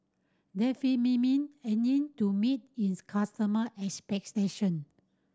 Remifemin to meet its customer expectation